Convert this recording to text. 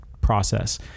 process